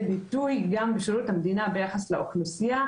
ביטוי גם בשירות המדינה ביחס לאוכלוסייה,